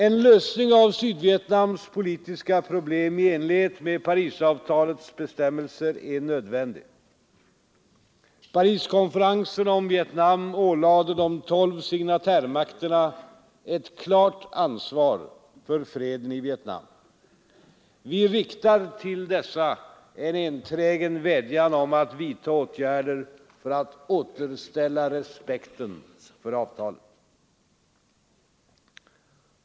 En lösning av Sydvietnams politiska problem i enlighet med Parisavtalets bestämmelser är nödvändig. Pariskonferensen om Vietnam ålade de tolv signatärmakterna ett klart ansvar för freden i Vietnam. Vi riktar till dessa en enträgen vädjan om att vidta åtgärder för att återställa respekten för avtalet.